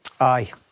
Aye